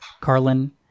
Carlin